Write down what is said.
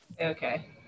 okay